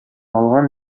алган